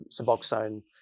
suboxone